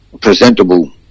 presentable